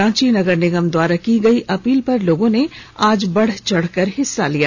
रांची नगर निगम द्वारा की गयी अपील पर लोगों ने आज बढ़ चढ़ कर हिस्सा लिया